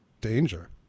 danger